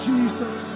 Jesus